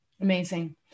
Amazing